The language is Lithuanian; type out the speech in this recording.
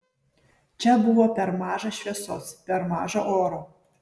čia buvo per maža šviesos per maža oro